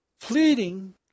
pleading